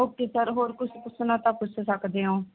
okay sir ਹੋਰ ਕੁਝ ਪੁੱਛਣਾ ਤਾਂ ਪੁੱਛ ਸਕਦੇ ਹੋ